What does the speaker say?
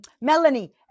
Melanie